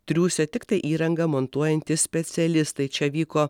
triūsia tiktai įrangą montuojantys specialistai čia vyko